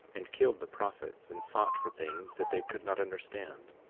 and killed the prophets, and sought for things that they could not understand.